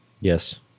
Yes